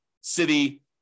city